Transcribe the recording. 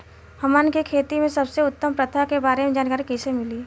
हमन के खेती में सबसे उत्तम प्रथा के बारे में जानकारी कैसे मिली?